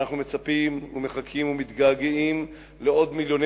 ואנחנו מצפים ומחכים ומתגעגעים לעוד מיליוני